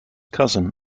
cousin